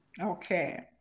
okay